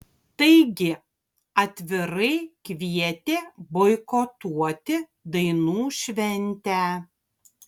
taigi atvirai kvietė boikotuoti dainų šventę